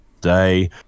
Day